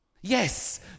Yes